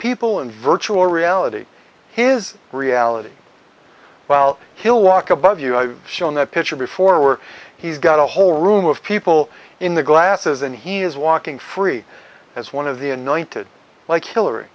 people in virtual reality his reality while he'll walk above you i show him that picture before we're he's got a whole room of people in the glasses and he is walking free as one of the anointed like hillary